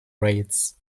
raids